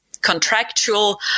contractual